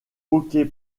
hockey